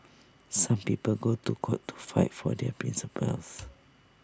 some people go to court to fight for their principles